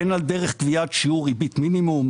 בין על דרך קביעת שיעור ריבית מינימום,